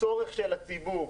הצורך של הציבור,